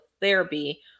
therapy